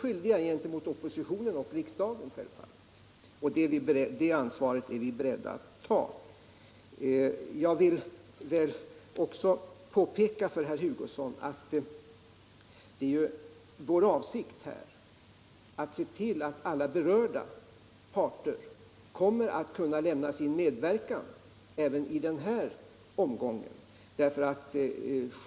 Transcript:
Detta är vi självfallet skyldiga oppositionen och riksdagen, och det ansvaret är vi beredda att ta. Jag vill också påpeka för herr Hugosson att det är vår avsikt att se till att alla berörda parter kommer att kunna lämna sin medverkan även i den här omgången.